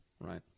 Right